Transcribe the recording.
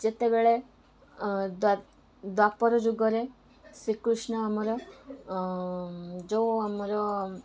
ଯେତେବେଳେ ଦ୍ୱାପର ଯୁଗରେ ଶ୍ରୀକୃଷ୍ଣ ଆମର ଯେଉଁ ଆମର